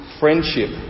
friendship